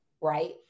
right